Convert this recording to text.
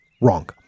wrong